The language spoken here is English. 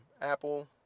Apple